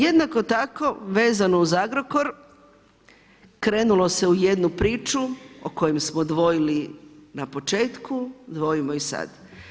Jednako tako, vezano uz Agrokor, krenulo se u jednu priču o kojoj smo dvojili na početku, dvojimo i sad.